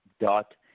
dot